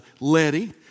Letty